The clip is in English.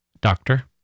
doctor